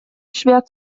schwer